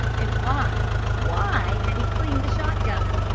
and why, why had he cleaned the shotgun?